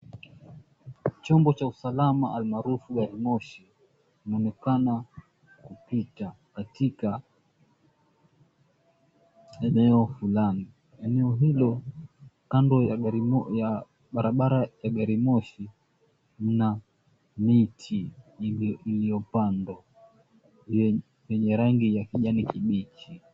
Chombo cha usalama almaarufu garimoshi inaonekana kupita katika enoeo fulani. Eneo hilo kando ya barabara ya garimoshi mna miti iliopandwa yenye rangi ya kijani kibichi.